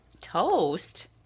Toast